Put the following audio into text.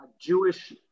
Jewish